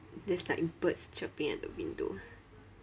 there's like birds chirping at the window